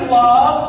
love